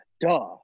duh